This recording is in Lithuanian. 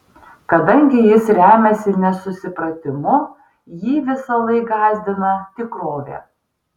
kadangi jis remiasi nesusipratimu jį visąlaik gąsdina tikrovė